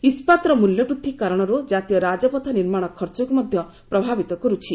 ଇସ୍କାତର ମୃଲ୍ୟବୃଦ୍ଧି କାରଣର ଜାତୀୟ ରାଜପଥ ନିର୍ମାଣ ଖର୍ଚ୍ଚକୁ ମଧ୍ୟ ଏହା ପ୍ରଭାବିତ କରୁଛି